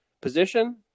position